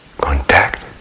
contact